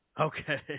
Okay